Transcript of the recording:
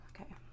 Okay